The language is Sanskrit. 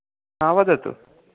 हा वदतु